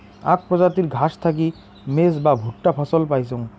আক প্রজাতির ঘাস থাকি মেজ বা ভুট্টা ফছল পাইচুঙ